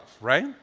right